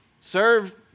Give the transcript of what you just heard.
Serve